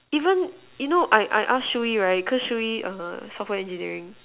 even you know I I ask Shu-yi right because Shu-yi err software engineering